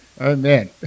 Amen